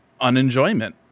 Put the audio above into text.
unenjoyment